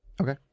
Okay